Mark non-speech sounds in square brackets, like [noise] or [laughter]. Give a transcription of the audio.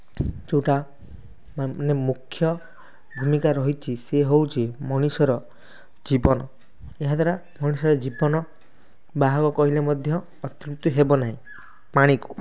ଯେଉଁଟା ମାନେ ମୁଖ୍ୟ ଭୂମିକା ରହିଛି ସିଏ ହେଉଛି ମଣିଷର ଜୀବନ ଏହା ଦ୍ୱାରା ମଣିଷର ଜୀବନ [unintelligible] କହିଲେ ଅତ୍ୟୁକ୍ତି ହେବ ନାହିଁ ପାଣିକୁ